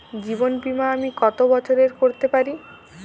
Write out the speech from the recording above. জীবন বীমা আমি কতো বছরের করতে পারি?